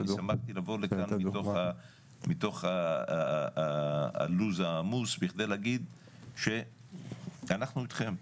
ואני שמחתי לבוא לכאן מתוך הלו"ז העמוס בכדי להגיד שאנחנו אתכם,